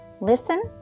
Listen